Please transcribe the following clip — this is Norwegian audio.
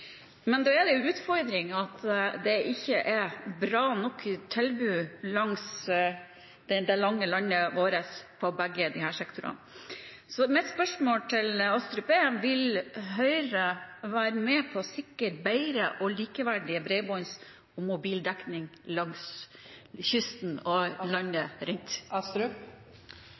Men da er det jo en utfordring at det ikke er bra nok tilbud langs det lange landet vårt på begge disse sektorene. Så mitt spørsmål til Astrup er: Vil Høyre være med på å sikre bedre og likeverdig bredbånds- og mobildekning langs kysten av landet? Jeg er helt enig med representanten i at god mobildekning og